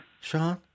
Sean